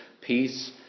peace